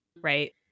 right